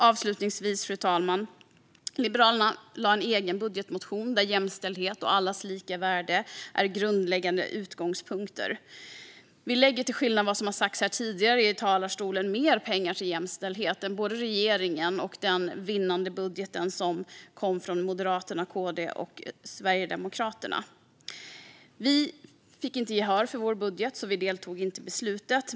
Avslutningsvis lade Liberalerna fram en egen budgetmotion där jämställdhet och allas lika värde är grundläggande utgångspunkter. Vi lägger, till skillnad mot vad som har sagts här tidigare i talarstolen, mer pengar till jämställdhet än både i regeringens budget och i den vinnande budgeten som kom från Moderaterna, Kristdemokraterna och Sverigedemokraterna. Vi fick inte gehör för vår budget. Vi deltog inte i beslutet.